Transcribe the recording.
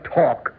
talk